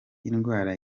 indwara